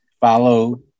follow